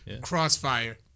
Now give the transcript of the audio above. Crossfire